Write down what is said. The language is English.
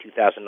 2009